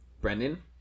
Brendan